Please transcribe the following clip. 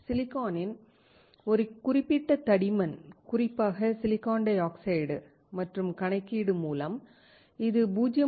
சிலிக்கானின் ஒரு குறிப்பிட்ட தடிமன் குறிப்பாக சிலிக்கான் டை ஆக்சைடு மற்றும் கணக்கீடு மூலம் இது 0